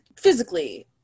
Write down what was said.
Physically